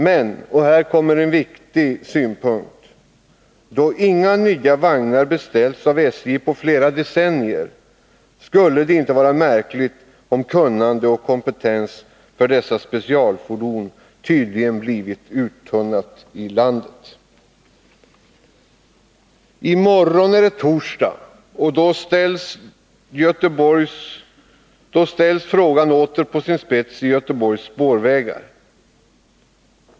Men — och här kommer en viktig synpunkt — då inga nya vagnar beställts av SJ på flera decennier skulle det inte vara märkligt om kunnande och kompetens för dessa specialfordon uttunnats i landet. I morgon är det torsdag. Då ställs frågan åter på sin spets vid Göteborgs spårvägar.